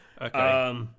Okay